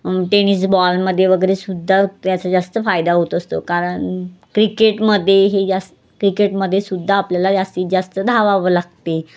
tennis बॉलमध्ये वगैरेसुद्धा त्याचा जास्त फायदा होत असतो कारण क्रिकेटमध्ये हे जास् क्रिकेटमध्येसुद्धा आपल्याला जास्तीत जास्त धावावं लागते